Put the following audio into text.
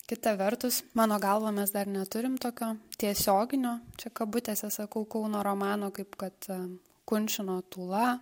kita vertus mano galva mes dar neturim tokio tiesioginio čia kabutėse sakau kauno romano kaip kad kunčino tūla